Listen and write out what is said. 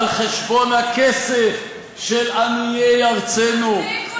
על חשבון הכסף של עניי ארצנו,